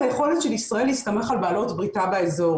היכולת של ישראל להסתמך על בעלות בריתה באזור.